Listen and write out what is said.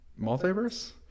multiverse